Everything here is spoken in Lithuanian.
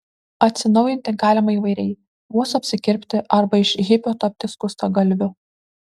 atsinaujinti galima įvairiai vos apsikirpti arba iš hipio tapti skustagalviu